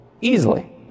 easily